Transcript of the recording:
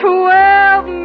Twelve